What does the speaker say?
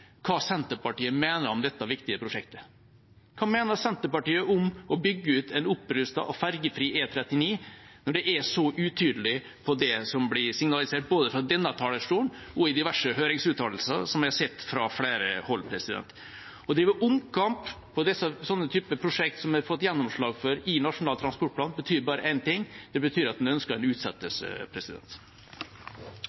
å bygge ut en opprustet og fergefri E39, når det som blir signalisert både fra denne talerstolen og i diverse høringsuttalelser som jeg har sett fra flere hold, er så utydelig? Å drive omkamp på denne typen prosjekter, som en har fått gjennomslag for i Nasjonal transportplan, betyr bare én ting: at en ønsker en utsettelse. Jeg registrerer at representanten Nævra er egentlig i «tilbakestegspartiet». Før 2013, da den